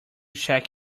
check